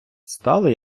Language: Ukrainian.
стала